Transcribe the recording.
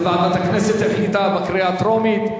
ועדת הכנסת החליטה בקריאה טרומית.